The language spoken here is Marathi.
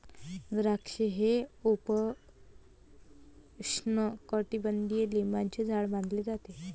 द्राक्षे हे उपोष्णकटिबंधीय लिंबाचे झाड मानले जाते